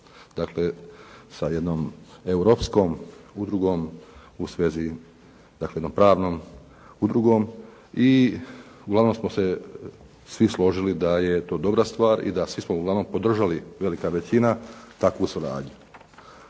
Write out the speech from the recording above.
sa jednom europskom udrugom u svezi, dakle jednom pravnom udrugom i uglavnom smo se svi složili da je to dobra stvar i svi smo uglavnom podržali velika većina takvu suradnju.